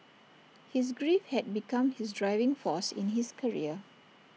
his grief had become his driving force in his career